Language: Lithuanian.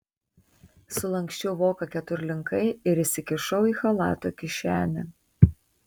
sulanksčiau voką keturlinkai ir įsikišau į chalato kišenę